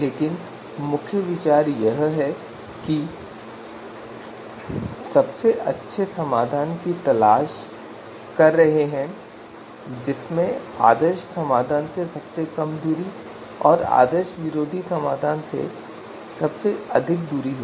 लेकिन मुख्य विचार यह है कि हम सबसे अच्छे समाधान की तलाश कर रहे हैं जिसमें आदर्श समाधान से सबसे कम दूरी और आदर्श विरोधी समाधान से सबसे दूर की दूरी हो